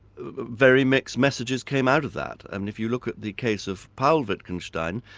very mixed messages came out of that. and if you look at the case of paul wittgenstein,